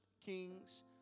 Kings